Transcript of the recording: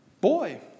boy